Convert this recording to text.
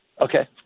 Okay